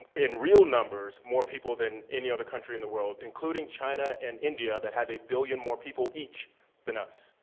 in real numbers, more people than any other country in the world, including china and india, that have a billion more people each than us.